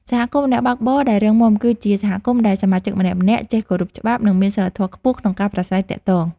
សហគមន៍អ្នកបើកបរដែលរឹងមាំ គឺជាសហគមន៍ដែលសមាជិកម្នាក់ៗចេះគោរពច្បាប់ និងមានសីលធម៌ខ្ពស់ក្នុងការប្រាស្រ័យទាក់ទង។